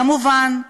כמובן,